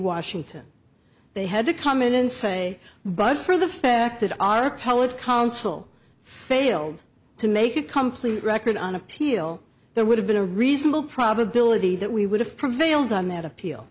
washington they had to come in and say but for the fact that our public counsel failed to make a complete record on appeal there would have been a reasonable probability that we would have prevailed on that appeal